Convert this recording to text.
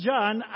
John